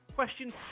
Question